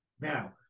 Now